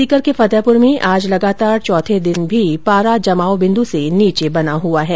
सीकर के फतेहपुर में आज लगातार चौथे दिन भी पारा जमाव बिन्द् से नीचे बना हुआ है